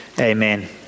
Amen